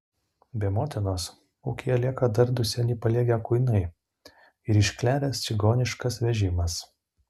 be motinos ūkyje lieka dar du seni paliegę kuinai ir iškleręs čigoniškas vežimas